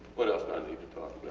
what else did i need to talk